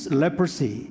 leprosy